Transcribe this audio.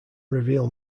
reveal